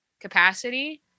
capacity